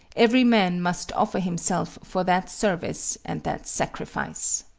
every man must offer himself for that service and that sacrifice.